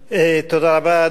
אדוני, בבקשה.